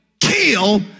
kill